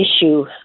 issue